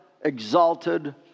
exalted